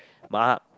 my